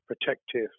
protective